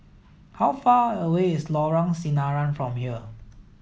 how far away is Lorong Sinaran from here